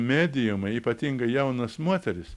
mediumai ypatingai jaunos moterys